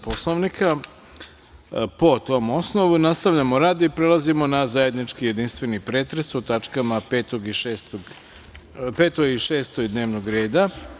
Poslovnika, po tom osnovu, nastavljamo rad i prelazimo na zajednički jedinstveni pretres o tačkama 5. i 6. dnevnog reda.